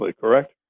correct